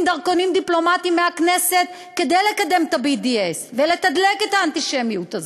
דרכונים דיפלומטיים מהכנסת כדי לקדם את ה-BDS ולתדלק את האנטישמיות הזאת.